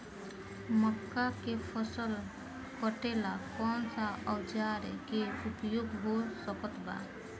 मक्का के फसल कटेला कौन सा औजार के उपयोग हो सकत बा?